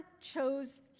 chose